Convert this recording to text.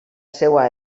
seva